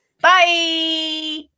Bye